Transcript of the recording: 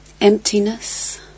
Emptiness